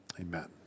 Amen